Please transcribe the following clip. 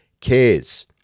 cares